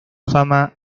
fama